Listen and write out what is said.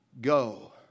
go